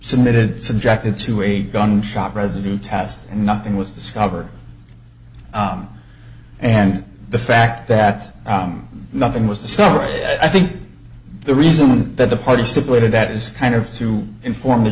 submitted subjected to a gunshot residue test and nothing was discovered and the fact that nothing was discovered i think the reason that the party stipulated that is kind of to inform the